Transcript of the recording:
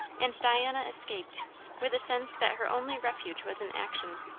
and diana escaped with a sense that her only refuge was in action.